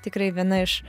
tikrai viena iš